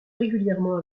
régulièrement